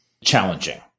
challenging